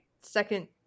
second